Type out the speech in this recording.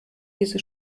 diese